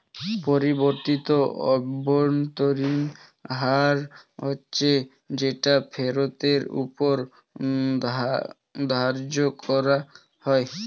পরিবর্তিত অভ্যন্তরীণ হার হচ্ছে যেটা ফেরতের ওপর ধার্য করা হয়